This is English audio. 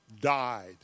died